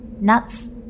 Nuts